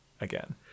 again